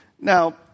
Now